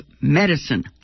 medicine